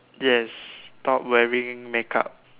yes stop wearing make up